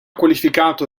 qualificato